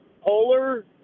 polar